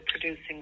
producing